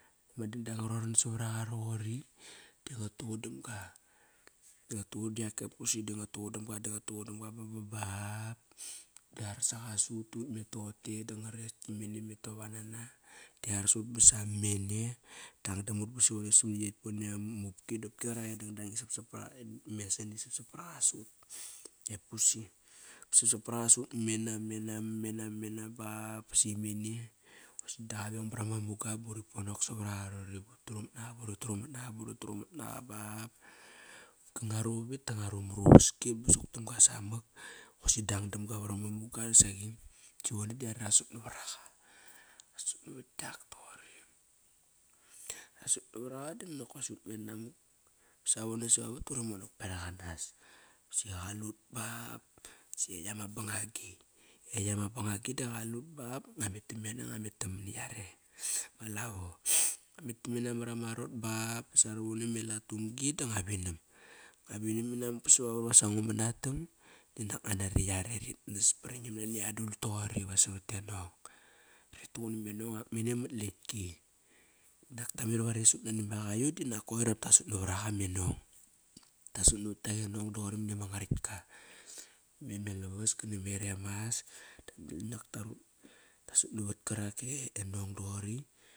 Ma dangdang nga roran savar aqa roqori, da ngat tuqudamga Da ngat tuquda yak e pusi da nga tuqudam ga da ngat tuqud damga baba ba da arsaqa sut, dut met toqote da ngar res ki mene me tovanana Di arsut ba samam mene, dangdam mut ba sivone samani yet pone ma upki dopki qarak e dangdang sapsap par aqa, nakt e mesan i sapsap paraqa sut e pusi Sapsap par aqa sut mena, mena mamena mena bap basi mene da qaveng bara ma muga buri ponok savar aqa roqori burutrumat naqa, burutrumat naqa buri trumat naqa bap, ba ng ua vu vit da ngua ni mara uvaski ba suk tamga samak bosi dangdamga vara ma muga, saqi. Sivone da yare rasut navar aqa Rasut navat kiak toqori. Rasut navar aqa dinokosi ut met namak savone savavat duri monak beraq anas Basi qalut bap dasi yekt ama bangagi. yekt ama bangagi da qalut bap, nakt ngua met tam mena, ngua met namani yare ma lavo Ngua met tamena mar ama arot ba ba sarovone me latu vamgi da ngu vinam. Ngua vinam inamak ba savavat iva ngu manatam dinak ngua nari yarei riknas bari nam nani adul toqori va savat e nong Rituqun ime nong yak mene mat latki Dap tameri vari sut nani me qayu dinak koir nak tu sut navar aqa me nong. Ta sut navat kiak e nong doqori mani ama ngarakt ka Mem e lavas kana me eremas. Ta sut navat karak e nong doqori.